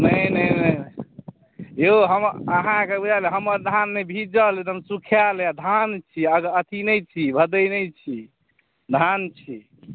नहि नहि यौ हम अहाँके उएह ने हमर धान नहि भीजल एकदम सुखायल धान छी अ अथी नहि छी भदई नहि छी धान छी